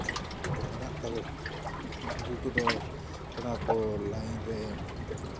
ᱢᱮᱱᱟᱜ ᱛᱟᱠᱚ ᱠᱷᱟᱱ ᱩᱱᱠᱩ ᱠᱚᱫᱚ ᱚᱱᱟ ᱠᱚ ᱞᱟᱭᱤᱱ ᱨᱮ